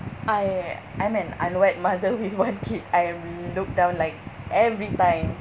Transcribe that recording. I I'm an unwed mother with one kid I am looked down like every time